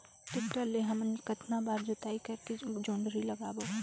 Tractor ले हमन कतना बार जोताई करेके जोंदरी लगाबो?